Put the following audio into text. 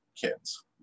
kids